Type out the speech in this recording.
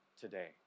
today